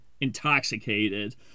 intoxicated